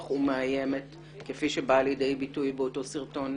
ומאיימת כפי שבאה לידי ביטוי באותו סרטון